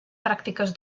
pràctiques